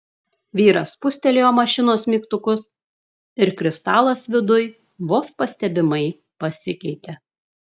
vyras spustelėjo mašinos mygtukus ir kristalas viduj vos pastebimai pasikeitė